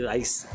ice